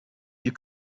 you